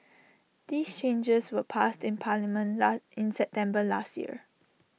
these changes were passed in parliament in September last year